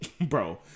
bro